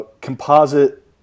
composite